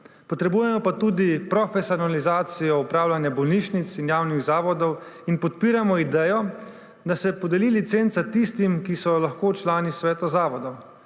Potrebujemo pa tudi profesionalizacijo upravljanja bolnišnic in javnih zavodov in podpiramo idejo, da se podeli licenca tistim, ki so lahko člani sveta zavodov.